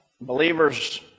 Believers